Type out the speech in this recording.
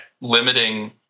limiting